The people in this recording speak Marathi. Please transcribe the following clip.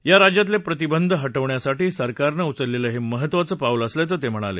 या राज्यातले प्रतिबंध ह विण्यासाठी सरकारनं उचललेलं हे महत्वाचं पाऊल असल्याचं ते म्हणाले